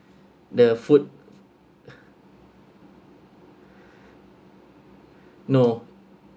the food no